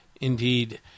indeed